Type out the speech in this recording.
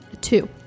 Two